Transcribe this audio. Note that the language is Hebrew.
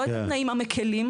לא את התנאים המקלים.